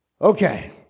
okay